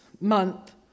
month